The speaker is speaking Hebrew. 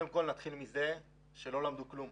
קודם כל, נתחיל מזה שלא למדו כלום.